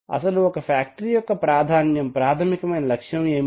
అసలు ఒక ఫ్యాక్టరీ యొక్క ప్రాధాన్యం ప్రాథమికమైన లక్ష్యం ఏమిటి